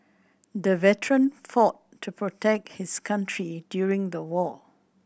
the veteran fought to protect his country during the war